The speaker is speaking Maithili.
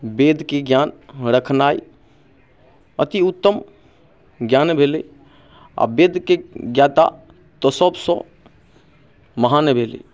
वेदके ज्ञान रखनाइ अतिउत्तम ज्ञान भेलै आओर वेदके ज्ञाता तऽ सबसँ महान भेलै